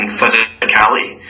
physicality